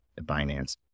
Binance